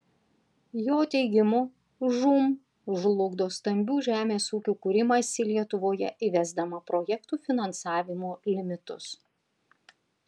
jo teigimu žūm žlugdo stambių žemės ūkių kūrimąsi lietuvoje įvesdama projektų finansavimo limitus